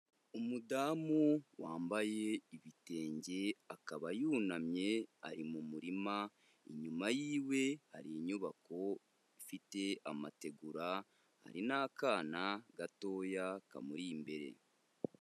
Umudamu wambaye ibitenge akaba yunamye ari mu murima, inyuma yiwe hari inyubako ifite amategura, hari n'akana gatoya kamuri imbere.